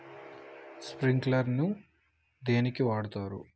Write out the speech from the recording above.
Sprinkler ను దేనికి వాడుతరు?